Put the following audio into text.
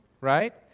right